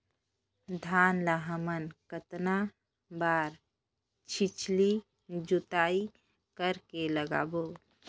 धान ला हमन कतना बार छिछली जोताई कर के लगाबो?